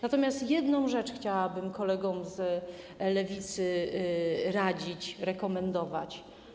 Natomiast jedną rzecz chciałabym kolegom z Lewicy radzić, rekomendować.